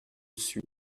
suis